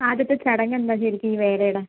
ആദ്യത്തെ ചടങ്ങെന്താണ് ശരിക്കും ഈ വേലയുടെ